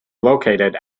located